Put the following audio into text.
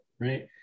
right